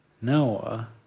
Noah